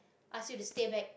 ask you to stay back